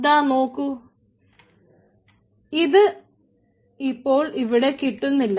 ദാ നോക്കൂ ഇത് ഇപ്പോൾ ഇവിടെ കിട്ടുന്നില്ല